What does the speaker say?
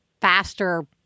faster